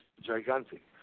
gigantic